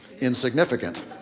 insignificant